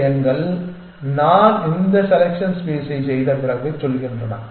இந்த எண்கள் நான் இந்த செலெக்சன் ஸ்பேஸைச் செய்த பிறகு சொல்கின்றன